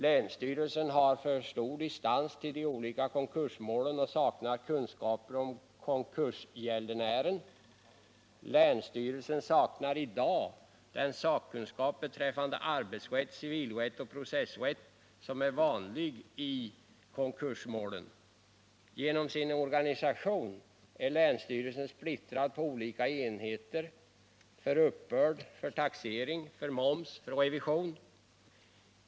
Länsstyrelsen har för stor distans till de olika konkursmålen och saknar kunskaper om konkursgäldenären. Länsstyrelsen saknar i dag den sakkunskap beträffande arbetsrätt, civilrätt och processrätt som är vanlig i konkursmål. Genom sin organisation är länsstyrelsen splittrad på olika enheter som handlägger uppbörd, taxering, moms och revision.